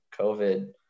COVID